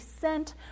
sent